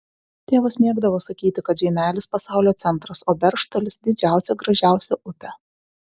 tėvas mėgdavo sakyti kad žeimelis pasaulio centras o beržtalis didžiausia ir gražiausia upė